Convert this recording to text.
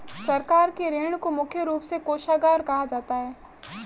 सरकार के ऋण को मुख्य रूप से कोषागार कहा जाता है